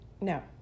No